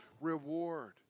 reward